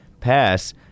pass